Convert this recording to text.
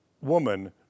woman